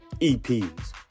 EPs